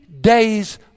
days